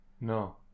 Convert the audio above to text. No